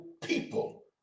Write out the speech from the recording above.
people